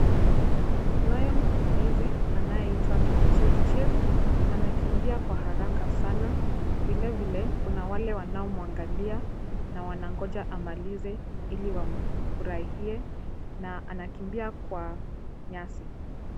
Kunaye mkimbizi anayeitwa Kipchirchir, anakimbia kwa haraka sana, vile vile kuna wao ambao wanamwangalia na wanangoja amalize ili wafurahie na anakimbia kwa nyasi.